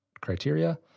criteria